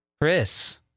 chris